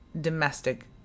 domestic